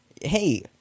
hey